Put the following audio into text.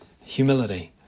Humility